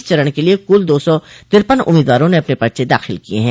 इस चरण के लिये कुल दो सौ तिरपन उम्मीदवारों ने अपने पर्चे दाखिल किये हैं